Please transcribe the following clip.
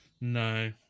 no